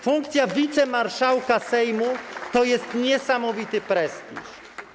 Funkcja wicemarszałka Sejmu to jest niesamowity prestiż.